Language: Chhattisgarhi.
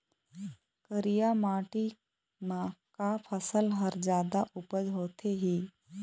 करिया माटी म का फसल हर जादा उपज होथे ही?